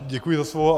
Děkuji za slovo.